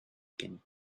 can